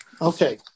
Okay